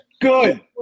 Good